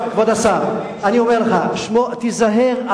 אני אומר לך: תיזהר,